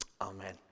Amen